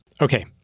Okay